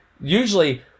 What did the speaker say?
usually